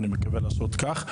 ואני מקווה לעשות כך.